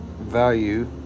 value